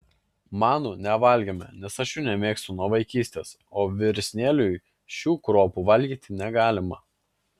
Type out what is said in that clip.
manų nevalgėme nes aš jų nemėgstu nuo vaikystės o vyresnėliui šių kruopų valgyti negalima